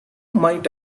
might